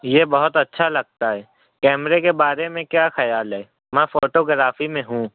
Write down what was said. یہ بہت اچھا لگتا ہے کیمرے کے بارے میں کیا خیال ہے میں فوٹو گرافی میں ہوں